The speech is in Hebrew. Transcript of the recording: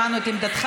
הבנו את עמדתך,